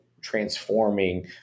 transforming